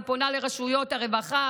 ואני פונה לרשויות הרווחה,